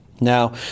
Now